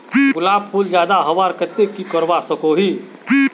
गुलाब फूल ज्यादा होबार केते की करवा सकोहो ही?